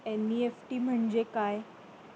NEFT म्हणजे काय?